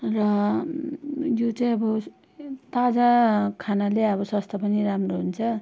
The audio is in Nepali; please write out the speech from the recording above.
र यो चाहिँ अब ताजा खानाले अब स्वास्थ्य पनि राम्रो हुन्छ